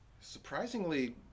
surprisingly